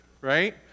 right